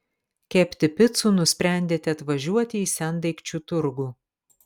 kepti picų nusprendėte atvažiuoti į sendaikčių turgų